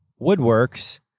woodworks